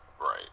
Right